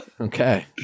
Okay